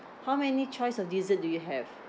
how many choice of dessert do you have